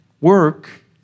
Work